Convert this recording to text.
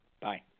Bye